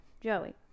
Joey